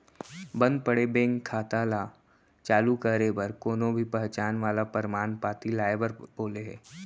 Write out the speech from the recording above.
बंद पड़े बेंक खाता ल चालू करे बर कोनो भी पहचान वाला परमान पाती लाए बर बोले हे